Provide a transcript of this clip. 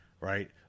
right